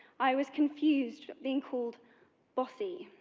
i was confused being called bossy.